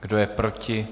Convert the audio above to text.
Kdo je proti?